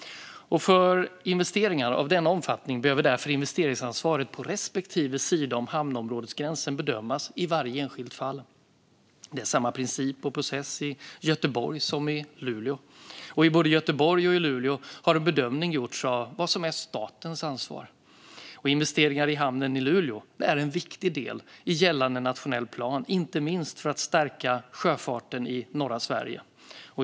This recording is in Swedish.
För investeringar av denna omfattning behöver därför investeringsansvaret på respektive sida om hamnområdesgränsen bedömas i varje enskilt fall. Det är samma princip och process i Göteborg som i Luleå. I både Göteborg och Luleå har en bedömning gjorts av vad som är statens ansvar. Investeringar i hamnen i Luleå är en viktig del i gällande nationell plan, inte minst för att stärka sjöfarten i norra Sverige.